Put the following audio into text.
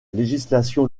législation